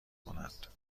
کنند